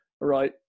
right